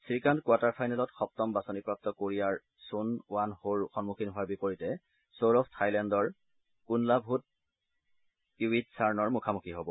Srikanth quarter ফাইনেলত সপ্তম বাছনিপ্ৰাপ্ত কোৰিয়াৰ ছোন ৱান হোৰ সন্মুখীন হোৱাৰ বিপৰীতে সৌৰভ থাইলেণ্ডৰ কুনলাভুট ৱিটিডছাৰ্নৰ মুখামুখি হ'ব